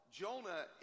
jonah